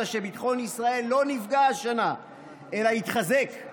שביטחון ישראל לא נפגע השנה אלא התחזק,